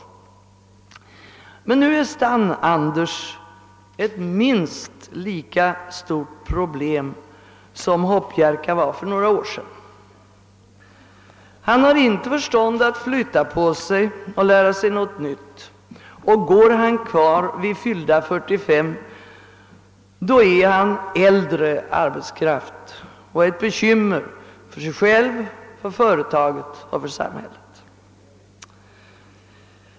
Men nu är Stann-Anders ett minst lika stort problem som Hopp-Jerka var för några år sedan. Han har inte förstånd att flytta på sig och lära sig något nytt, och går han kvar vid fyllda 45, blir han »äldre arbetskraft» och ett bekymmer för sig själv, för företaget och för samhället.